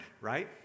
right